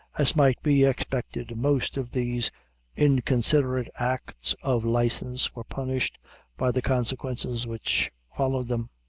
as might be expected, most of these inconsiderate acts of license were punished by the consequences which followed them.